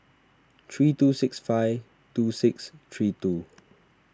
three two six five two six three two